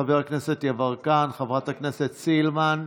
חבר הכנסת יברקן, חברת הכנסת סילמן,